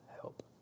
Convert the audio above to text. help